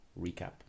Recap